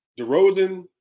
DeRozan